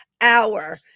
hour